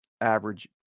average